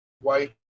white